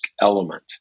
element